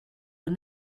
une